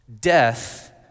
death